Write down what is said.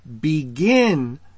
begin